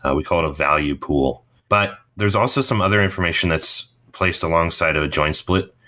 ah we call it a value pool but there is also some other information that's placed alongside of a join split.